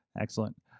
Excellent